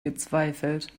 gezweifelt